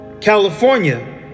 California